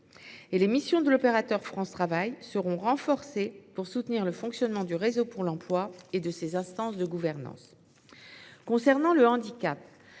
Les missions de l’opérateur France Travail seront renforcées pour soutenir le fonctionnement du réseau pour l’emploi et de ses instances de gouvernance. Concernant le handicap,